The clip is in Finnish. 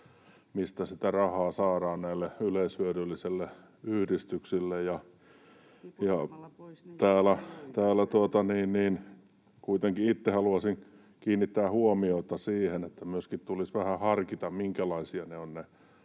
mistä sitä rahaa saadaan näille yleishyödyllisille yhdistyksille. Kuitenkin itse haluaisin kiinnittää huomiota siihen, että myöskin tulisi vähän harkita, minkälaisia ne